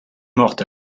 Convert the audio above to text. morte